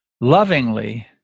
lovingly